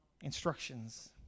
instructions